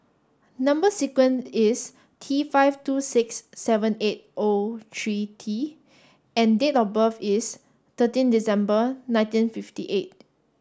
number sequence is T five two six seven eight O three T and date of birth is thirteen December nineteen fifty eight